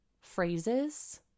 phrases